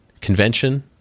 convention